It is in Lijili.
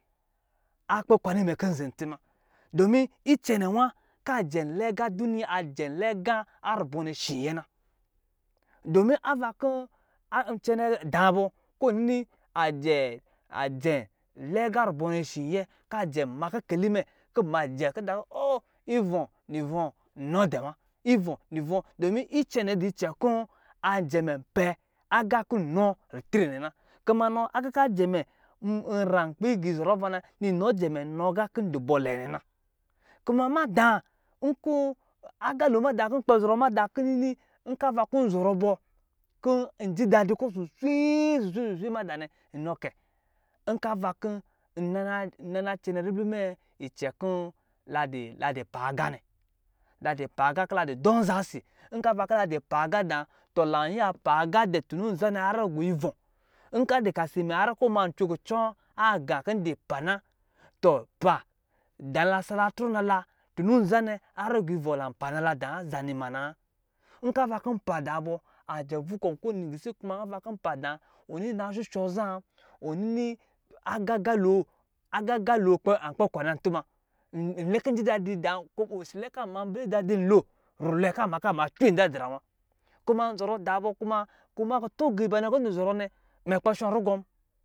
Akpɛ kwana imɛ kɔ nkpɛ zan itsi ma do mi icɛnɛ we kɔ ajɛn lɛ aqa rubɔ nɛ shi yɛ na kɔ ava kɔ n cɛna dabɔ kɔ nini ajɛn lɛ aqa rub ɔnɛ shi yɛ kɔ ajɛn ma kikeli mɛ majɛ kɔ nta kɔ o ivɔ nivɔɔ nni dɛwa domi icɛnɛ do icɛnkɔ ajɛ mɛ pɛ aya kɔ nnɔ ritre nɛna kuma nɔ aqa kɔ ajɛ ma nra nkpi idɔrɔ ava ha nɔ jɔ mɔ hɔ nyɛkɔ adubɔ lɛna kuma mada agalo kɔ nkpɛ zɔrɔ kɔ ndɔ ji dadi kɔ mada nɔ kɔ nkɔ avan kɔ nna cɛna ribli mɛ icɛn kɔ ladi paaqa nɛ la dɔ paqa kɔ ladɔ dɔ aza si rupa aqa da tɔ lapa qa tunu nzanɛ har gɔ ivɔ karici mɛ nkɔ ɔma ma cwe kucɔ agi pa kɔla dɔ si wa kɔ la dupa na tɔ pa tunu nza ne har gɔ ivɔ lai pa nala dawa zani ma nawa nkava kɔ npa da bɔ nkɔ na shisho za ɔm agagalo ankpɛ kwa nai tuma njidadi nza dadi lo osi lɛ ka ma nza dadi lo nwa kɔ adzi rulwe ka me cwen dadrawa nzɔrɔ da bɔ kuma kutu aqa banɛ kɔ ndu zɔrɔ nɛ mɛ kpɛ sɔnru gɔn